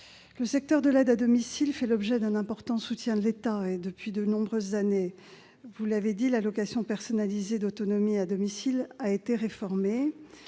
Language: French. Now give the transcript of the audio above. Le secteur de l'aide à domicile fait l'objet d'un important soutien de l'État depuis de nombreuses années. L'allocation personnalisée d'autonomie à domicile a été réformée